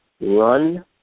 Run